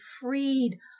freed